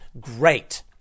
great